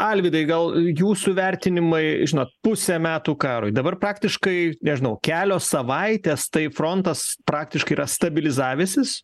alvydai gal jūsų vertinimai žinot pusę metų karui dabar praktiškai nežinau kelios savaitės tai frontas praktiškai yra stabilizavęsis